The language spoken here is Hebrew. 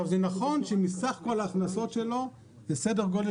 זה נכון שמסך כל ההכנסות זה סדר גודל